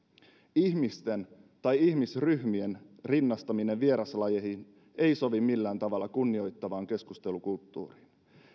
ihmisten tai ihmisryhmien rinnastaminen vieraslajeihin ei sovi millään tavalla kunnioittavaan keskustelukulttuuriin